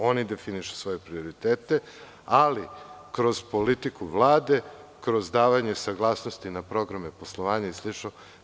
Oni definišu svoje prioritete, ali kroz politiku Vlade, kroz davanje saglasnosti na programe poslovanja i slično.